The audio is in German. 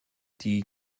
die